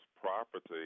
property